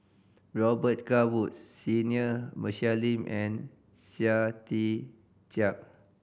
Robet Carr Woods Senior Michelle Lim and Chia Tee Chiak